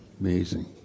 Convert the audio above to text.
Amazing